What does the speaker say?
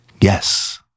Yes